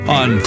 on